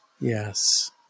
Yes